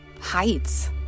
heights